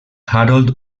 harold